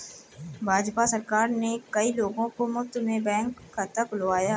भाजपा सरकार ने कई लोगों का मुफ्त में बैंक खाता खुलवाया